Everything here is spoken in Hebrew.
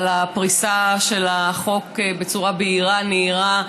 הפריסה של החוק בצורה בהירה ונהירה,